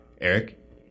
Eric